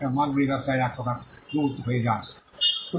এবং মার্কগুলি ব্যবসায়ের এক প্রকার দূত হয়ে যায়